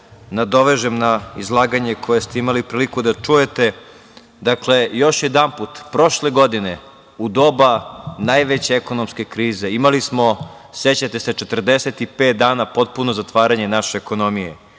nadovežem na izlaganje koje ste imali priliku da čujete. Dakle, još jedanput prošle godine, u doba najveće ekonomske krize, imali smo, sećate se, 45 dana potpuno zatvaranje naše ekonomije.